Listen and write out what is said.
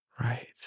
right